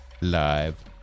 Live